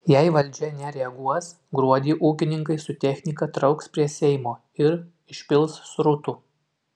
jei valdžia nereaguos gruodį ūkininkai su technika trauks prie seimo ir išpils srutų